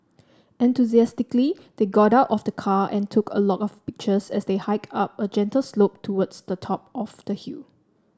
enthusiastically they got out of the car and took a lot of pictures as they hiked up a gentle slope towards the top of the hill